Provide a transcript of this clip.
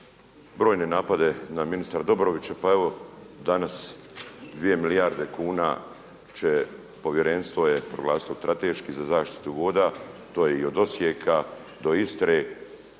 brojne napade na ministra Dobrovića, pa evo danas 2 milijarde kuna će, povjerenstvo je proglasilo strateški za zaštitu voda, to je i od Osijeka, do Istre,